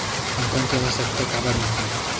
मापन के आवश्कता काबर होथे?